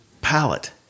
palette